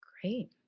Great